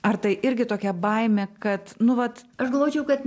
ar tai irgi tokia baimė kad nu vat aš galvočiau kad